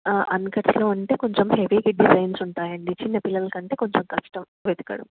అన్కట్స్లో అంటే కొంచెం heavy big chains ఉంటాయి అండి చిన్న పిల్లలకంటే కొంచెం కష్టం వెతకడం